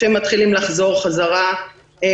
שמתחילים לחזור עכשיו.